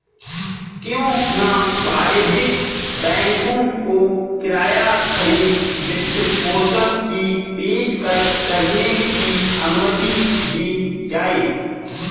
क्यों न वाणिज्यिक बैंकों को किराया खरीद वित्तपोषण की पेशकश करने की अनुमति दी जाए